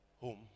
home